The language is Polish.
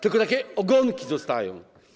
Tylko takie ogonki zostają.